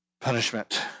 punishment